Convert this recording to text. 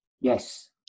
Yes